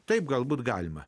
taip galbūt galima